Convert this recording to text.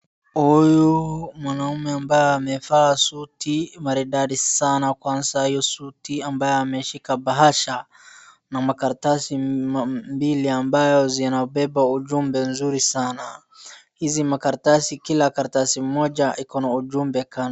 Huyu mwanaume ambaye amevaa suti maridadi sana, kwanza hiyo suti ambayo ameshika bahasha na makaratasi mbili ambayo zinabeba ujumbe nzuri sana. Hizi makaratasui kila karatasi moja iko na ujumbe kando.